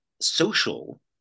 social